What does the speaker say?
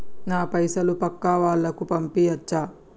నా పైసలు పక్కా వాళ్ళకు పంపియాచ్చా?